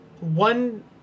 one